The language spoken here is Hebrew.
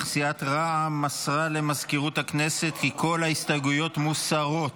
אך סיעת רע"מ מסרה למזכירות הכנסת כי כל ההסתייגויות מוסרות.